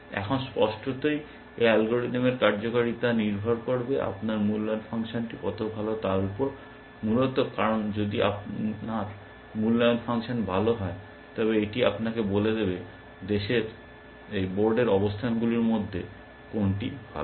এখন স্পষ্টতই এই অ্যালগরিদমের কার্যকারিতা নির্ভর করবে আপনার মূল্যায়ন ফাংশনটি কতটা ভাল তার উপর মূলত কারণ যদি আপনার মূল্যায়ন ফাংশন ভাল হয় তবে এটি আপনাকে বলে দেবে বোর্ডের অবস্থানগুলির মধ্যে কোনটি ভাল